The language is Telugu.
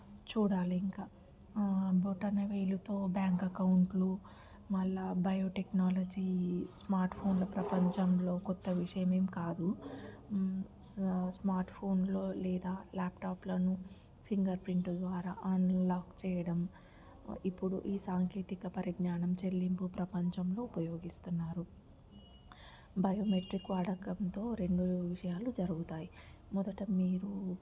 చూడాలి ఇంకా బొటన వేలుతో బ్యాంక్ అకౌంట్లు మళ్ళ బయో టెక్నాలజీ స్మార్ట్ ఫోన్లు ప్రపంచంలో కొత్త విషయం ఏం కాదు స్మార్ట్ ఫోన్లు లేదా ల్యాప్టాప్లను ఫింగర్ ప్రింట్ ద్వారా అన్లాక్ చేయడం ఇప్పుడు ఈ సాంకేతిక పరిజ్ఞానం చెల్లింపు ప్రపంచంలో ఉపయోగిస్తున్నారు బయోమెట్రిక్ వాడటంతో రెండు విషయాలు జరుగుతాయి మొదట మీరు